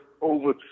over